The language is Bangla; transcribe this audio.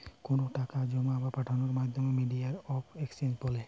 কোনো টাকা জোমা বা পাঠানোর মাধ্যমকে মিডিয়াম অফ এক্সচেঞ্জ বলে